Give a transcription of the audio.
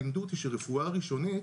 לימדו אותי שהרפואה ראשונית,